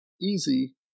easy